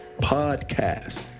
Podcast